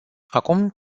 acum